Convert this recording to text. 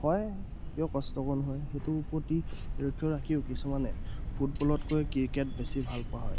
হয় কিয় কষ্টকৰ হয় সেইটোৰ প্ৰতি লক্ষ্য় ৰাখিও কিছুমানে ফুটবলতকৈ ক্ৰিকেট বেছি ভাল পোৱা হয়